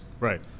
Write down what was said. Right